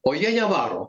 o jie nevaro